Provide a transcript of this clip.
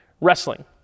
Wrestling